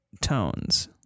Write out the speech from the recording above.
tones